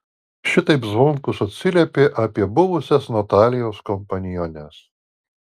šitaip zvonkus atsiliepė apie buvusias natalijos kompaniones